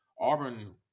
Auburn